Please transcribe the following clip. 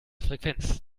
frequenz